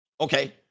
Okay